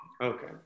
Okay